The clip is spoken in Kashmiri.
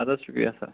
اَدٕ حظ شُکریہ سَر